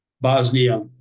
Bosnia